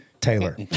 Taylor